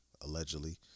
allegedly